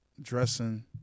dressing